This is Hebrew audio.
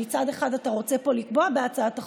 שמצד אחד אתה רוצה פה לקבוע בהצעת החוק,